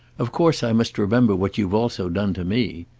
of course i must remember what you've also done to me.